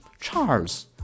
Charles